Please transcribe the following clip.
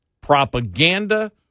propaganda